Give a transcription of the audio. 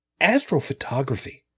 astrophotography